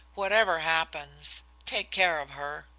whatever happens take care of her.